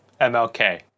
MLK